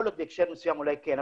יכול להיות שבהקשר מסוים אולי כן,